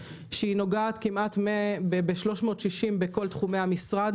נושא שנוגע כמעט בכל תחומי המשרד